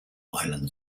island